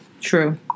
True